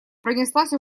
пронеслась